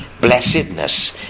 blessedness